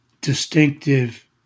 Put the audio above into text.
distinctive